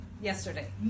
yesterday